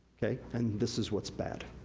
and this is what's bad.